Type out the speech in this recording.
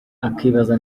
akibaza